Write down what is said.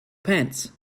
pants